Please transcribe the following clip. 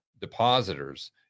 depositors